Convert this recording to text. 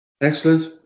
Excellent